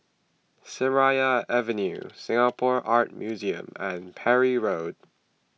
Seraya Avenue Singapore Art Museum and Parry Road